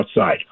outside